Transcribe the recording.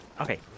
Okay